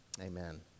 Amen